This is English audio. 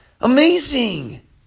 Amazing